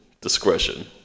discretion